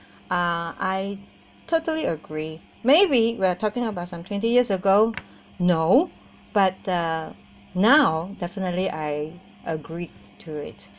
uh I totally agree maybe we're talking about some twenty years ago no but uh now definitely I agreed to it